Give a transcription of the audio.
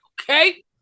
Okay